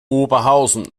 oberhausen